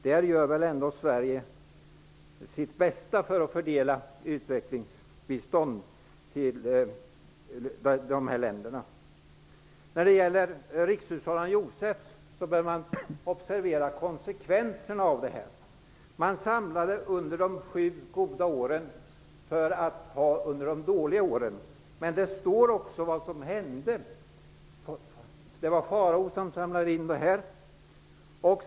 Sverige gör väl ändå sitt bästa för att fördela utvecklingsbistånd till dessa länder? Vad gäller rikshushållaren Josefs system, bör man observera konsekvenserna av det. Under de sju goda åren samlade man säd, för att ha säd under de förväntade dåliga åren. Men det står också vad som hände. Farao var den som samlade in säden.